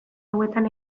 hauetan